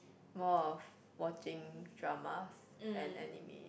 more of watching drama and anime